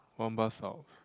one bus stop